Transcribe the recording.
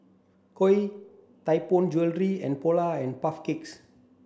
Koi Tianpo Jewellery and Polar and Puff Cakes